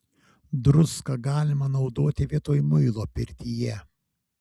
druską galima naudoti vietoj muilo pirtyje